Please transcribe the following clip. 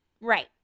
Right